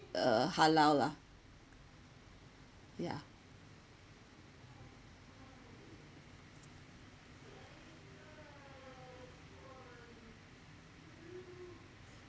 uh halal lah ya